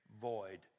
void